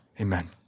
Amen